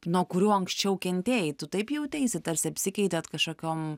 nuo kurių anksčiau kentėjai tu taip jauteisi tarsi apsikeitėt kažkokiom